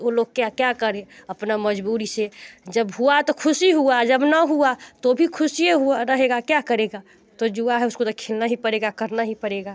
वो लोग क्या क्या करें अपना मजबूरी से जब हुआ तो खुशी हुआ जब ना हुआ तो भी खुशी ही रहेगा क्या करेगा तो जुआ है उसको तो खेलना ही पड़ेगा करना ही पड़ेगा